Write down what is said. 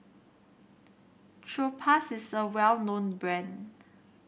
Propass is a well known brand